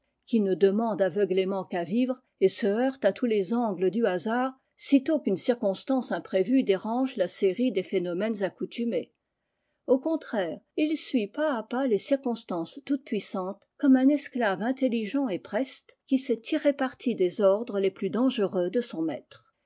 qui ne démande aveuglément qu'à vivre et se heurte à tous les angles du hasard sitôt qu'une circonstance imprévue dérange la série des phénomènes accoutumés au contraire il buit pas à pas les circonstances toutespuissantes comme un esclave intelligent et preste qui sait tirer parti des ordres les plus dangereux de son maître